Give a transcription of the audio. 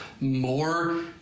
more